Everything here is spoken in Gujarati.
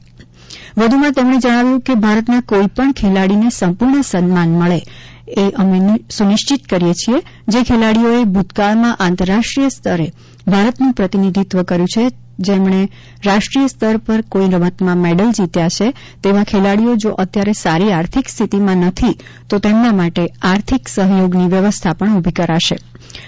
તેમણે વધુમાં જણાવ્યું હતું કે ભારતના કોઈ પણ ખેલાડીને સંપૂર્ણ સન્માન મળે એ અમે સુનિશ્ચિત કરીએ છીએ જે ખેલાડીઓએ ભૂતકાળમાં આંતરરાષ્ટ્રીય સ્તરે ભારતનું પ્રતિનિધિત્વ કર્યું છે તેમજ જેમણે રાષ્ટ્રીય સ્તર પર કોઈ રમતમાં મેડલ જીત્યો હોય એવા ખેલાડીઓ જો અત્યારે સારી આર્થિક સ્થિતિમાં નથી તો એમના માટે આર્થિક સહયોગની વ્યવસ્થા પણ ઉભી કરી રહ્યાં છીએ